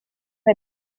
wir